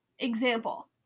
Example